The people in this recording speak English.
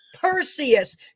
Perseus